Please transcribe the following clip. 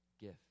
gift